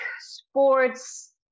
sports